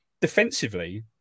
defensively